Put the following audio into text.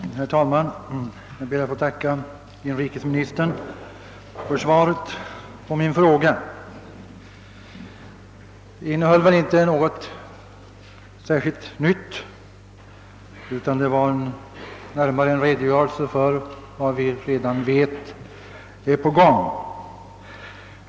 Herr talman! Jag ber att få tacka inrikesministern för svaret på min fråga. Det innehöll väl inte något särskilt nytt, utan var snarare en redogörelse för vad vi redan vet är på gång.